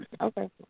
Okay